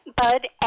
Bud